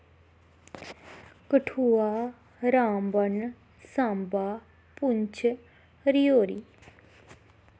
Kathua Ramban Samba Poonch Rajouri